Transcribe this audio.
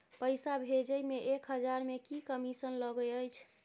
पैसा भैजे मे एक हजार मे की कमिसन लगे अएछ?